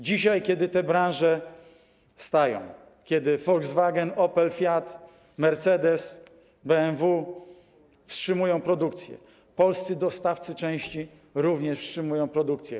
Dzisiaj, kiedy te branże stają, kiedy Volkswagen, Opel, Fiat, Mercedes, BMW wstrzymują produkcję, polscy dostawcy części również wstrzymują produkcję.